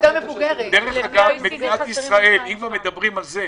כבר מדברים על זה,